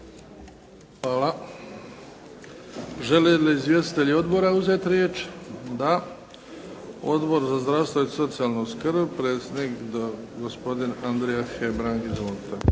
Hvala. Žele li izvjestitelji odbora uzeti riječ? Da. Odbor za zdravstvo i socijalnu skrb, gospodin Andrija Hebrang.